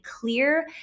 clear